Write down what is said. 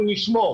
אנחנו נשמור,